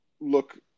look